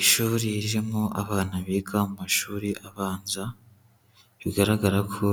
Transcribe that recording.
Ishuri ririmo abana biga mu mashuri abanza, bigaragara ko